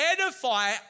edify